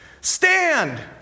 Stand